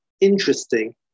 interesting